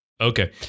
Okay